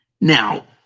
Now